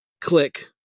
click